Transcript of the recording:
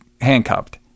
handcuffed